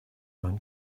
man